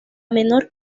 menor